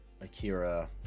Akira